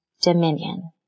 dominion